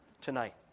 tonight